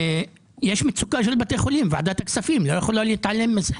יש מצוקה של בתי החולים שוועדת הכספים לא יכולה להתעלם ממנה.